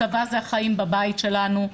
הצבא זה החיים בבית שלנו.